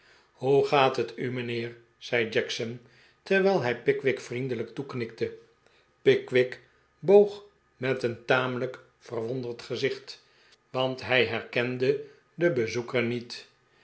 hoe gaat het u mijnheer zei jackson terwijl hij pickwick vrientielijk toeknikte pickwick boog met een tamelijk verwonderd gezicht want hij herkende den bezoeker niet